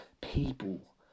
People